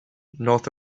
north